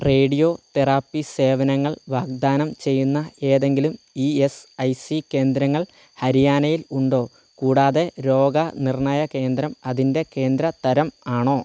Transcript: radiotherapy സേവനങ്ങൾ വാഗ്ദാനം ചെയ്യുന്ന ഏതെങ്കിലും ഇ എസ് ഐ സി കേന്ദ്രങ്ങൾ ഹരിയാനയിൽ ഉണ്ടോ കൂടാതെ രോഗ നിർണയ കേന്ദ്രം അതിൻ്റെ കേന്ദ്ര തരം ആണോ